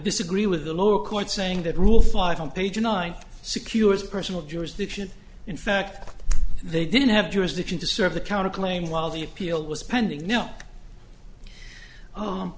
disagree with the lower court saying that rule five on page nine secures personal jurisdiction in fact they didn't have jurisdiction to serve the counterclaim while the appeal was pending